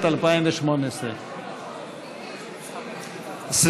התשע"ח 2018. אדוני היושב-ראש,